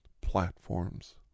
platforms